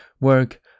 work